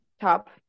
top